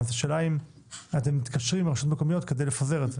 אז השאלה היא אם אתם מתקשרים עם רשויות מקומיות כדי לפזר את זה.